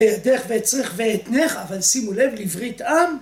אעבדך ואצרך ואתנך אבל שימו לב לברית עם